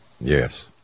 Yes